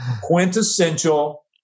quintessential